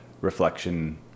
reflection